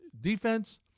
defense